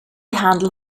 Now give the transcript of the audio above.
handle